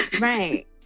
Right